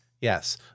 Yes